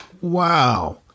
Wow